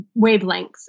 wavelengths